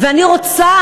ואני רוצה,